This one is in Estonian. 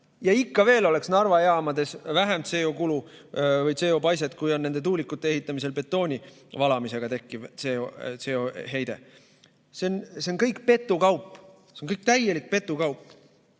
Ja ikka veel oleks Narva jaamades vähem CO2kulu või CO2paiset, kui on nende tuulikute ehitamisel betooni valamisest tekkiv CO2heide. See on kõik petukaup, see on täielik petukaup!